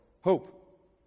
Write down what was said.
Hope